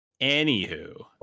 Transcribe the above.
anywho